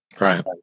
Right